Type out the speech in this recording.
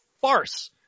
farce